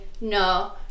no